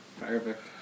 Perfect